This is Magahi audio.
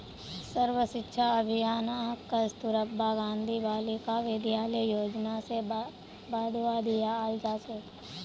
सर्व शिक्षा अभियानक कस्तूरबा गांधी बालिका विद्यालय योजना स बढ़वा दियाल जा छेक